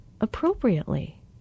appropriately